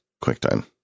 QuickTime